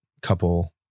couple